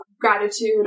gratitude